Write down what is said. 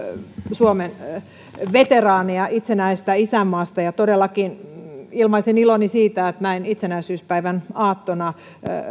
suomen veteraaneja itsenäisestä isänmaasta todellakin ilmaisen iloni siitä että näin itsenäisyyspäivän aattona